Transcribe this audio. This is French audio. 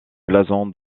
blason